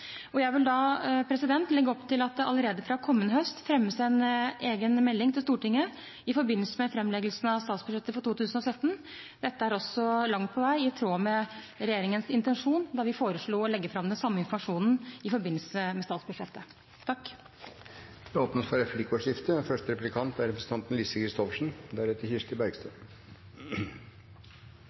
høsten. Jeg vil legge opp til at det allerede fra kommende høst fremmes en egen melding til Stortinget i forbindelse med framleggelsen av statsbudsjettet for 2017. Dette er også langt på vei i tråd med regjeringens intensjon da vi foreslo å legge fram den samme informasjonen i forbindelse med statsbudsjettet. Det blir replikkordskifte. Statsråden vender stadig tilbake til budsjettet for